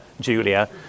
Julia